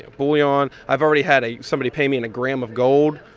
and bullion. i've already had a somebody pay me in a gram of gold.